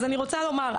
אז אני רוצה לומר.